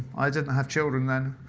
i didn't have children then.